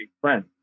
friends